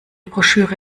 broschüre